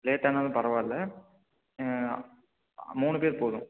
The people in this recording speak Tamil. லேட்டானாலும் பரவால்லை மூணு பேர் போதும்